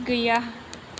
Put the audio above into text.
गैया